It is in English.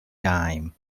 dime